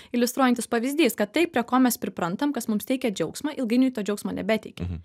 iliustruojantis pavyzdys kad tai prie ko mes priprantam kas mums teikia džiaugsmą ilgainiui to džiaugsmo nebeteikia